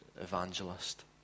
evangelist